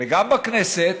וגם בכנסת,